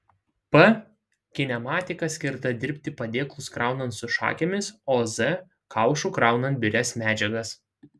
p kinematika skirta dirbti padėklus kraunant su šakėmis o z kaušu kraunant birias medžiagas